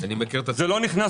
זה לא נכנס